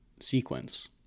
sequence